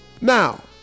Now